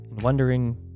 wondering